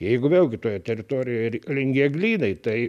jeigu vėlgi toje teritorijoje reikalingi eglynai tai